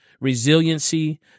resiliency